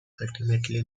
ultimately